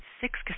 six